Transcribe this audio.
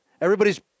Everybody's